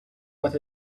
that